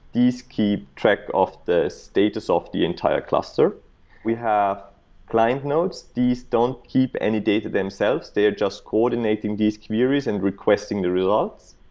these keep track of the so data soft the entire cluster we have client nodes. these don't keep any data themselves. they are just coordinating these queries and requesting the results.